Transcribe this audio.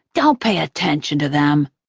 don't pay attention to them.